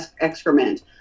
excrement